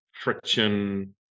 friction